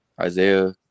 Isaiah